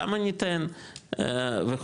כמה ניתן וכו',